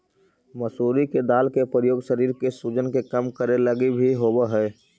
मसूरी के दाल के प्रयोग शरीर के सूजन के कम करे लागी भी होब हई